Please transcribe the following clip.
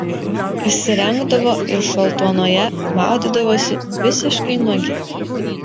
išsirengdavo ir šaltuonoje maudydavosi visiškai nuogi